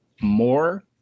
more